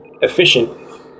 efficient